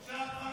כשעופר